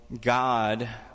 God